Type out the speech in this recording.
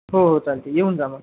हो चालतं आहे येऊन जा मग